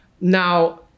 Now